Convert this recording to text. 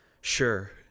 sure